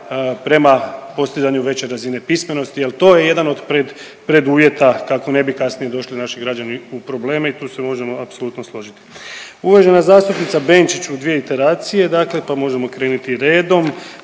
prema postizanju veće razine pismenosti jer to je jedan od pred, preduvjeta kako ne bi kasnije došli naši građani u probleme i tu se možemo apsolutno složiti. Uvažena zastupnica Benčić u dvije interacije dakle pa možemo kreniti redom.